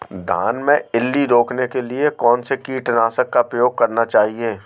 धान में इल्ली रोकने के लिए कौनसे कीटनाशक का प्रयोग करना चाहिए?